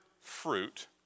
fruit